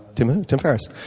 tim, tim ferriss.